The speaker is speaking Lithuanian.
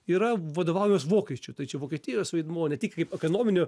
yra vadovaujuos vokiečių tai čia vokietijos vaidmuo ne tik kaip ekonominio